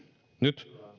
nyt